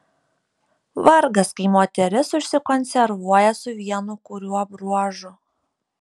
vargas kai moteris užsikonservuoja su vienu kuriuo bruožu